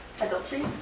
Adultery